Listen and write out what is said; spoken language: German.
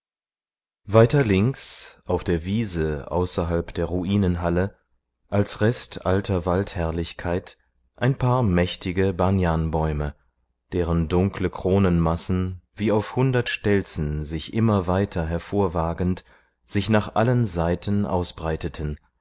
weiter links auf der wiese außerhalb der ruinenhalle als rest alter waldherrlichkeit ein paar mächtige banyanbäume deren dunkle kronenmassen wie auf hundert stelzen sich immer weiter hervorwagend sich nach allen seiten ausbreiteten